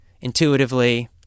intuitively